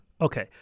Okay